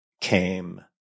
came